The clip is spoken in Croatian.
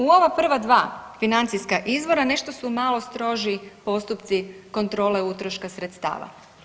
U ova prva dva financijska izvora nešto su malo stroži postupci kontrole utroška sredstava.